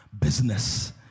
business